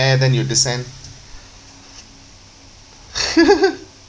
then your descent